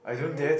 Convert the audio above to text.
mmhmm